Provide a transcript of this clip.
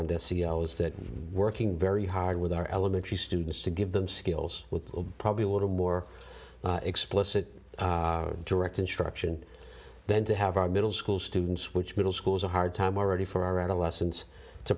on their ceo's that working very hard with our elementary students to give them skills with probably a little more explicit direct instruction than to have our middle school students which middle school is a hard time already for our adolescents to